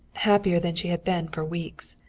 happier than she had been for weeks.